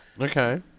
Okay